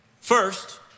First